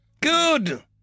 Good